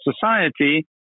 society